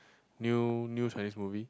new new Chinese movie